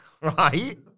Right